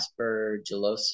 aspergillosis